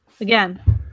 again